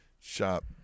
Shop